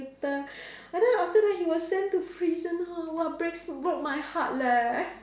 but then after that he was sent to prison hor !wah! breaks broke my heart leh